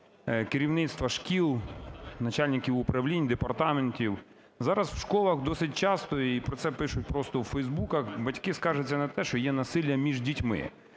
керівництва шкіл, начальників управлінь, департаментів. Зараз у школах досить часто, і про це пишуть просто в Фейсбуках, батьки скаржаться на те, що є насилля між дітьми.